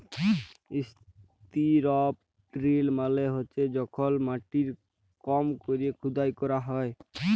strip drill মালে হছে যখল মাটির কম ক্যরে খুদাই ক্যরা হ্যয়